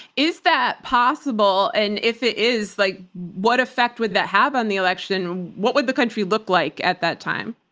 is that possible? and if it is, like what effect would that have on the election? what would the country look like at that time?